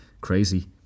Crazy